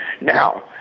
Now